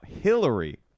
Hillary